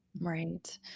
Right